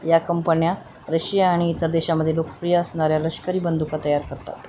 या कंपन्या रशिया आणि इतर देशामध्ये लोकप्रिय असणाऱ्या लष्करी बंदुका तयार करतात